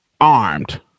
armed